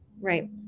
Right